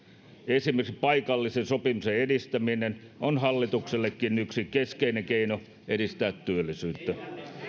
esimerkiksi paikallisen sopimisen edistäminen on hallituksellekin yksi keskeinen keino edistää työllisyyttä